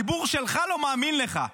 הציבור שלך לא מאמין לך,